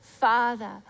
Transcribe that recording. Father